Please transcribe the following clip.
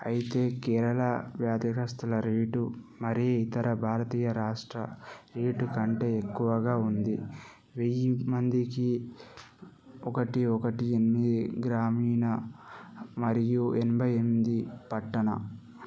అయితే కేరళ వ్యాధిగ్రస్తుల రేటు మరీ ఇతర భారతీయ రాష్ట్ర రేటు కంటే ఎక్కువగా ఉంది వెయ్యి మందికి ఒకటి ఒకటి ఎనిమిది గ్రామీణ మరియు ఎనభై ఎనిమిది పట్టణ